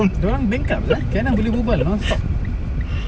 dia orang bankrupt sia kenneth boleh berbual non-stop